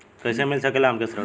कइसे मिल सकेला हमके ऋण?